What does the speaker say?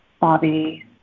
Bobby